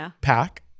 pack